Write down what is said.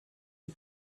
who